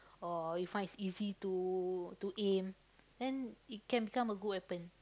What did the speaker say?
or you find it's easy to to aim then it can become a good weapon